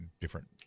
different